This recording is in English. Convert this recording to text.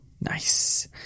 nice